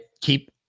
keep